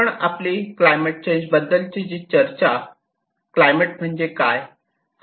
आपण आपली climate change बद्दल ची चर्चा क्लायमेट म्हणजे काय